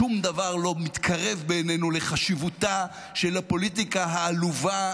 שום דבר לא מתקרב בעינינו לחשיבותה של הפוליטיקה העלובה,